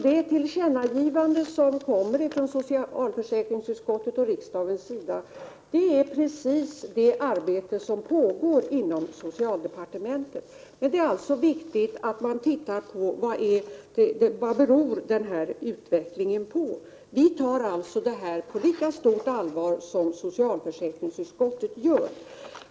Det tillkännagivande som kommer från socialförsäkringsutskottets och riksdagens sida har att göra med precis det arbete som pågår inom socialdepartementet. Det är alltså viktigt att man studerar orsakerna till utvecklingen i detta avseende. Vi tar således den här frågan på lika stort allvar som socialförsäkringsutskottet gör.